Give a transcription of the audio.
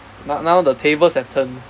now now the tables have turned